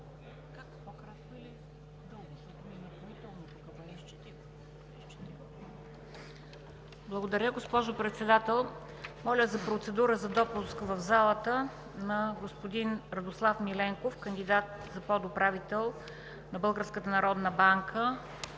МЕНДА СТОЯНОВА: Благодаря, госпожо Председател. Моля за процедура за допуск в залата на господин Радослав Миленков – кандидат за подуправител на